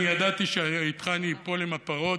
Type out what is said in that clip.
אני ידעתי שאיתך אני אפול עם הפרות.